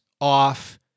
off